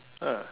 ah